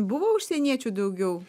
buvo užsieniečių daugiau